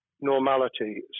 normality